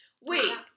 Wait